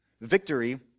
victory